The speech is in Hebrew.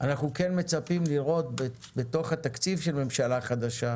אנחנו כן מצפים לראות בתוך התקציב של ממשלה חדשה,